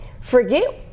Forget